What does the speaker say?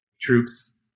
troops